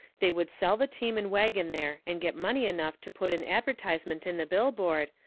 they would sell the team and wagon there and get money enough to put an advertisement in the billboard,